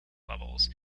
levels